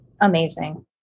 amazing